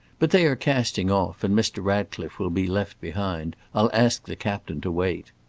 but they are casting off, and mr. ratcliffe will be left behind. i'll ask the captain to wait.